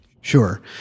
Sure